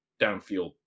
downfield